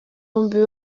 bombi